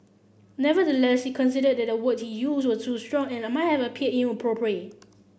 nevertheless he conceded that the words he used were too strong and might have appeared inappropriate